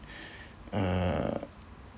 uh